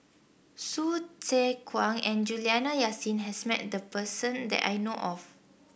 Hsu Tse Kwang and Juliana Yasin has met this person that I know of